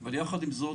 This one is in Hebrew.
אבל יחד עם זאת,